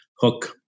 hook